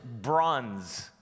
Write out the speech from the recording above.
bronze